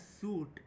suit